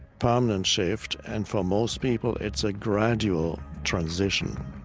permanent shift, and for most people it's a gradual transition.